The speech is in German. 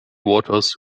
waters